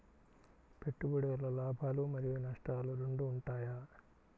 పెట్టుబడి వల్ల లాభాలు మరియు నష్టాలు రెండు ఉంటాయా?